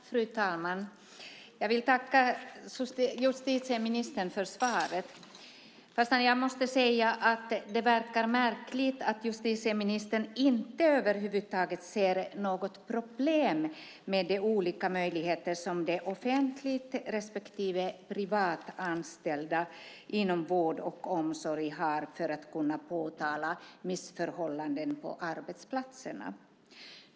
Fru talman! Jag vill tacka justitieministern för svaret, men jag måste säga att det verkar märkligt att justitieministern över huvud taget inte ser något problem med de olika möjligheter som de offentligt respektive privat anställda inom vård och omsorg har för att kunna påtala missförhållanden på arbetsplatserna.